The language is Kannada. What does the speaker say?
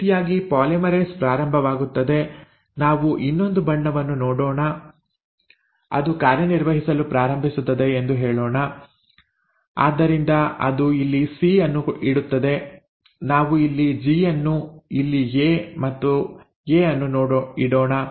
ಈ ರೀತಿಯಾಗಿ ಪಾಲಿಮರೇಸ್ ಪ್ರಾರಂಭವಾಗುತ್ತದೆ ನಾವು ಇನ್ನೊಂದು ಬಣ್ಣವನ್ನು ನೀಡೋಣ ಅದು ಕಾರ್ಯನಿರ್ವಹಿಸಲು ಪ್ರಾರಂಭಿಸುತ್ತದೆ ಎಂದು ಹೇಳೋಣ ಆದ್ದರಿಂದ ಅದು ಇಲ್ಲಿ ಸಿ ಅನ್ನು ಇಡುತ್ತದೆ ನಾವು ಇಲ್ಲಿ ಜಿ ಅನ್ನು ಇಲ್ಲಿ ಎ ಮತ್ತೆ ಎ ಅನ್ನು ಇಡೋಣ